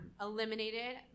eliminated